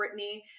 Britney